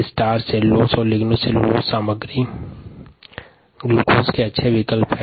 मंड सेल्यूलोज और लिग्नोसेल्युलोसिक पदार्थ ग्लूकोज के अच्छे विकल्प हैं